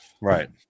Right